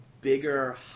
bigger